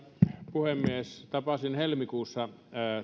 puhemies tapasin helmikuussa